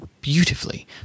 beautifully